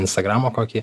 instagramą kokį